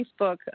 Facebook